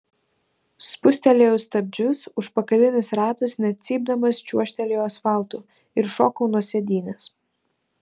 spustelėjau stabdžius užpakalinis ratas net cypdamas čiuožtelėjo asfaltu ir šokau nuo sėdynės